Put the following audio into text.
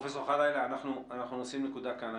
פרופ' ח'לאילה, אני נשים נקודה כאן.